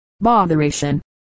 botheration